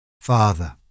Father